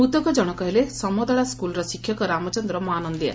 ମୃତକ ଜଶକ ହେଲେ ସମଦଳା ସ୍କୁଲର ଶିକ୍ଷକ ରାମଚନ୍ଦ୍ର ମହନନ୍ଦିଆ